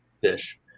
fish